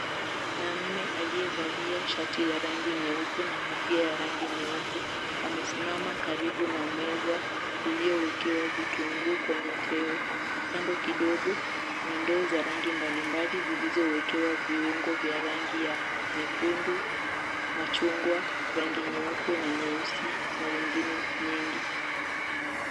Mwanamume aliyevalia shati la rangi nyeupe na kofia ya rangi nyeupe amesimama karibu na meza iliyowekewa vitunguu kwenye teo. Kando kidogo ni ndoo za rangi mbalimbali zilizowekewa viungo vya rangi ya nyekundu machungwa, rangi nyeupe na nyeusi na nyingine nyingi.